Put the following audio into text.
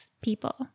people